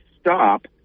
stop